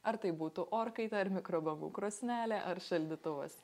ar tai būtų orkaitė ar mikrobangų krosnelė ar šaldytuvas